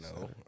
No